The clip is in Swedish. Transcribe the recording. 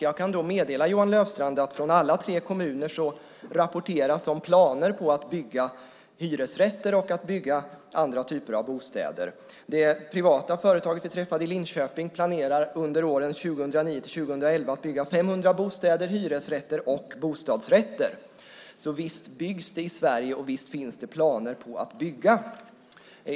Jag kan meddela Johan Löfstrand att från alla tre kommuner rapporteras om planer på att bygga hyresrätter och andra typer av bostäder. Det privata företag vi träffade i Linköping planerar under åren 2009-2011 att bygga 500 bostäder, hyresrätter och bostadsrätter. Visst byggs det i Sverige, och visst finns det planer att bygga.